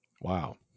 Wow